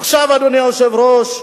עכשיו, אדוני היושב-ראש,